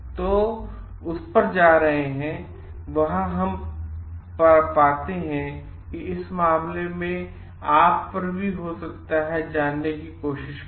तो उस पर वापस जा रहे हैं हम वहाँ पर पाते हैं इस विशेष मामले में आप भी हो सकता है जानने की कोशिश करो